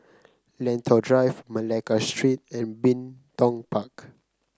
Lentor Drive Malacca Street and Bin Tong Park